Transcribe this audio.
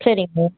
சரிங்க